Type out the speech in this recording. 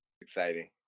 Exciting